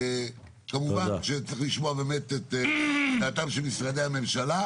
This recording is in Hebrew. כמובן שצריך לשמוע את דעתם של משרדי הממשלה.